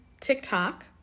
TikTok